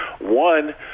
One